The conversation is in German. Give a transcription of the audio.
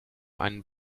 einen